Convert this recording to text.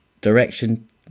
direction